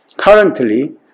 Currently